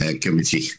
Committee